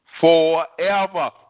forever